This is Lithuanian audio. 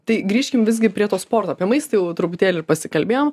tai grįžkim visgi prie to sporto apie maistą jau truputėlį pasikalbėjom